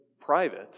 private